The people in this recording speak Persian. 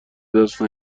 دست